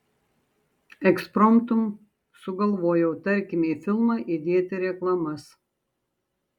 ekspromtu sugalvojau tarkim į filmą įdėti reklamas